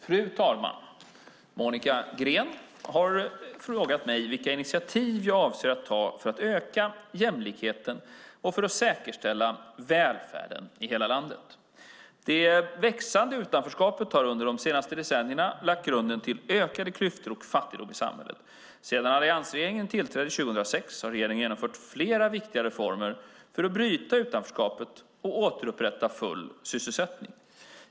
Fru talman! Monica Green har frågat mig vilka initiativ jag avser att ta för att öka jämlikheten och för att säkerställa välfärden i hela landet. Det växande utanförskapet har under de senaste decennierna lagt grunden till ökade klyftor och fattigdom i samhället. Sedan alliansregeringen tillträde 2006 har regeringen genomfört flera viktiga reformer för att bryta utanförskapet och återupprätta full sysselsättning.